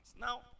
Now